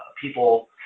people